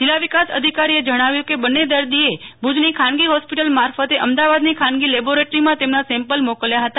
જિલ્લા વિકાસ અધિકારીએ જણાવ્યુ કે બંન્ને દર્દીને ભુજની ખાનગી હોસ્પિટલ મારફતે અમદાવાદની ખાનગી લેબોરેટરીમાં તેમના સેમ્પલ મોકલ્યા હતા